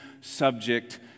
subject